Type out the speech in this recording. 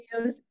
videos